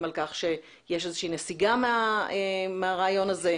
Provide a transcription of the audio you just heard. על כך שיש איזו שהיא נסיגה מהרעיון הזה.